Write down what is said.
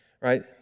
right